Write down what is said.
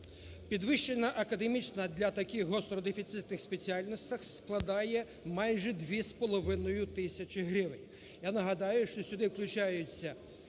Підвищена академічна для таких гостро дефіцитних спеціальностей складає майже 2,5 тисячі гривень.